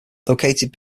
located